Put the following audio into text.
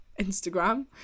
instagram